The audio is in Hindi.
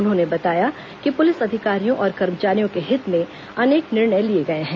उन्होंने बताया कि पुलिस अधिकारियों और कर्मचारियों के हित में अनेक निर्णय लिए गए हैं